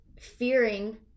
fearing